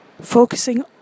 focusing